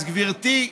אז גברתי,